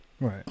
Right